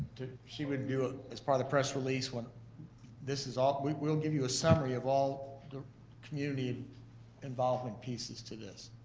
she would do, ah as part of the press release when this is all, we'll give you a summary of all the community involvement pieces to this.